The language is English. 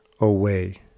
away